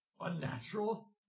Unnatural